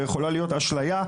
ויכולה להיות אשליה,